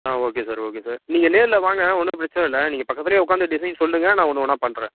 ஆ okay sir okay sir நீங்கள் நேரில் வாங்க ஒன்றும் பிரச்சனை இல்லை நீங்கள் பக்கத்துலேயே உட்காந்து டிசைன் சொல்லுங்கள் நான் ஒன்று ஒன்றா பண்ணுறேன்